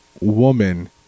woman